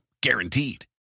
Guaranteed